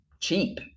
cheap